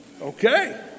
okay